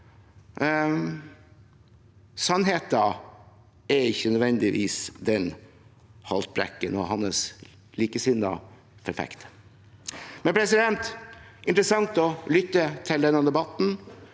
Sannheten er ikke nødvendigvis den Haltbrekken og hans likesinnede forfekter. Det er interessant å lytte til denne debatten.